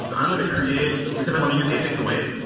so i'm going to create because i want to use async await,